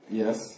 yes